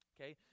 Okay